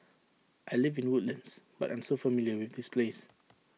I live in Woodlands but I'm so familiar with this place